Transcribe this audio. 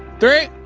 three,